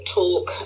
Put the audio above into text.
talk